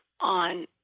on